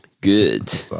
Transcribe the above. Good